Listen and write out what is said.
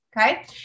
Okay